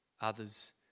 others